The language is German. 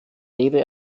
rede